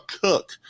cook